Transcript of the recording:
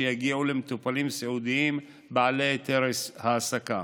שיגיעו למטופלים סיעודיים בעלי היתר העסקה.